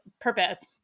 purpose